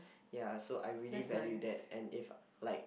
ya so I really value that and if like